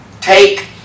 Take